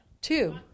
Two